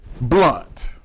blunt